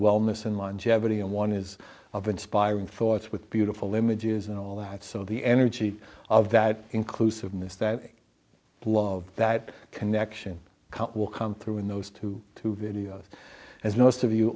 wellness and longevity and one is of inspiring thoughts with beautiful images and all that so the energy of that inclusiveness that love that connection will come through in those two two videos as most of you